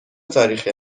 تاریخی